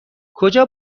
کجا